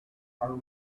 are